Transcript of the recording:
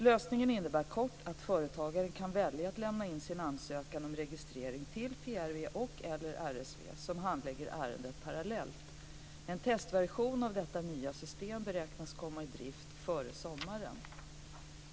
Lösningen innebär kort att företagaren kan välja att lämna in sin ansökan om registrering till PRV och/eller till RSV, som handlägger ärendet parallellt. En testversion av detta nya system beräknas komma i drift före sommaren.